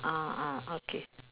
ah ah okay